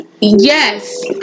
yes